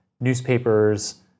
newspapers